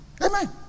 Amen